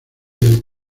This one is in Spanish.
del